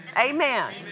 Amen